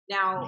Now